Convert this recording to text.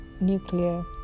nuclear